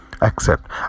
Accept